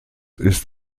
ist